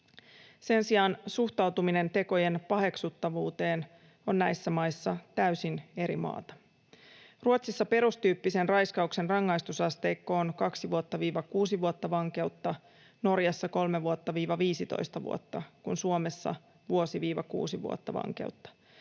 Sen sijaan suhtautuminen tekojen paheksuttavuuteen on näissä maissa täysin eri maata. Ruotsissa perustyyppisen raiskauksen rangaistusasteikko on 2—6 vuotta vankeutta, Norjassa 3—15 vuotta, kun Suomessa se on 1—6 vuotta vankeutta.